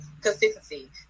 consistency